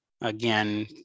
again